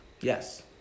Yes